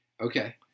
Okay